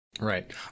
Right